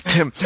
Tim